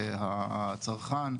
הדבר.